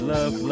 Love